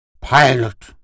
Pilot